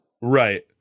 Right